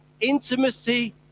Intimacy